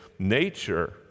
nature